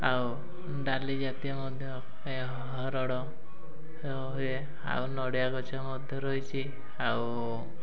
ଆଉ ଡାଲି ଜାତୀୟ ମଧ୍ୟ ହରଡ଼ ହୁଏ ଆଉ ନଡ଼ିଆ ଗଛ ମଧ୍ୟ ରହିଛି ଆଉ